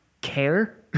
care